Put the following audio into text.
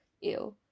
ew